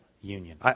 union